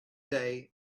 day